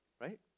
right